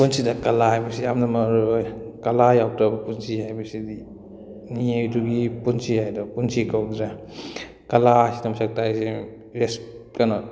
ꯄꯨꯟꯁꯤꯗ ꯀꯂꯥ ꯍꯥꯏꯕꯁꯤ ꯌꯥꯝꯅ ꯃꯔꯨ ꯑꯣꯏ ꯀꯂꯥ ꯌꯥꯎꯗ꯭ꯔꯕ ꯄꯨꯟꯁꯤ ꯍꯥꯏꯕꯁꯤꯗꯤ ꯃꯤꯑꯣꯏ ꯑꯗꯨꯒꯤ ꯄꯨꯟꯁꯤ ꯍꯥꯏꯗꯣ ꯄꯨꯟꯁꯤ ꯀꯧꯗ꯭ꯔꯦ ꯀꯂꯥ ꯑꯁꯤꯗ ꯃꯁꯛ ꯇꯥꯛꯏꯁꯦ ꯀꯩꯅꯣ